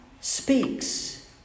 speaks